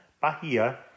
bahia